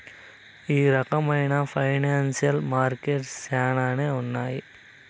ఈ రకమైన ఫైనాన్సియల్ మార్కెట్లు శ్యానానే ఉన్నాయి